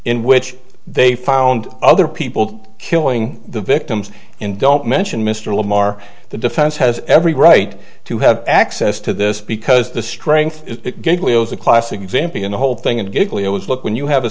in which they found other people killing the victims and don't mention mr lamar the defense has every right to have access to this because the strength is the classic example in the whole thing and giggly it was look when you have a